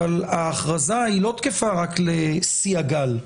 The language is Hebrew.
אבל ההכרזה היא לא תקפה רק לשיא הגל.